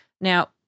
Now